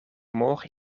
morgen